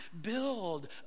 build